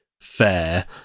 fair